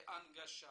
הנגשה,